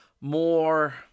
more